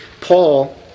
Paul